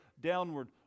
downward